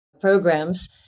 programs